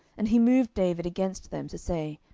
and he moved david against them to say,